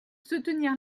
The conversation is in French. soutenir